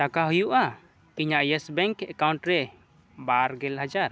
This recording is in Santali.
ᱴᱟᱠᱟ ᱦᱩᱭᱩᱜᱼᱟ ᱤᱧᱟᱹᱜ ᱤᱭᱮᱥ ᱵᱮᱝᱠ ᱮᱠᱟᱣᱩᱱᱴ ᱨᱮ ᱵᱟᱨ ᱜᱮᱞ ᱦᱟᱡᱟᱨ